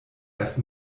erst